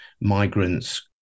migrants